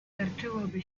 starczyłoby